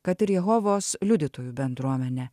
kad ir jehovos liudytojų bendruomenė